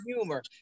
humor